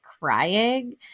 crying